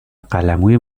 قلموی